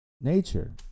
nature